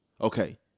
Okay